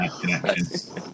connections